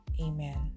Amen